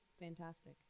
fantastic